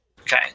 Okay